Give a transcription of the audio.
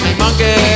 monkey